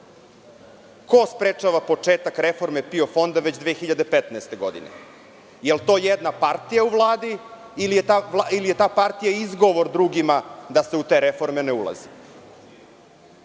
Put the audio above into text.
sprečava početak reforme PIO fonda, već 2015. godine? Jel to jedna partija u Vladi ili je ta partija izgovor drugima da se u te reforme ne ulazi?